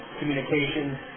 communications